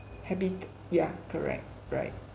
habit ya correct right